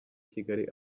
kigali